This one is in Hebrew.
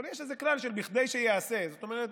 אבל יש איזה כלל של "בכדי שייעשה", זאת אומרת,